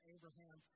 Abraham